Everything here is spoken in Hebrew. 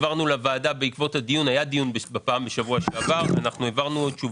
העברנו לוועדה בעקבות הדיון בשבוע שעבר תשובה.